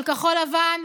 של כחול לבן,